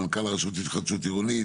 מנכ"ל הרשות להתחדשות עירונית